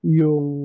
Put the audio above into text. yung